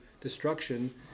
destruction